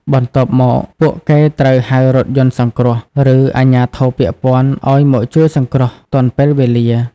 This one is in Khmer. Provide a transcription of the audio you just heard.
បន្ទាប់មក ពួកគេត្រូវ ហៅរថយន្តសង្គ្រោះ ឬអាជ្ញាធរពាក់ព័ន្ធ ឲ្យមកជួយសង្គ្រោះទាន់ពេលវេលា។